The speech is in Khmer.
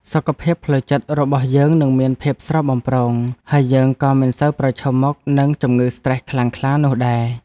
សុខភាពផ្លូវចិត្តរបស់យើងនឹងមានភាពស្រស់បំព្រង ហើយយើងក៏មិនសូវប្រឈមមុខនឹងជំងឺស្ត្រេសខ្លាំងក្លានោះដែរ។